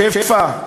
שפע,